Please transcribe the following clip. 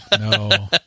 no